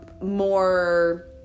more